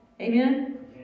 Amen